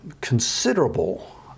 considerable